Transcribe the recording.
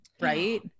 right